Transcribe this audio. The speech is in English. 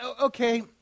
okay